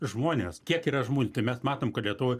žmonės kiek yra žmonių tai mes matom kad lietuvoj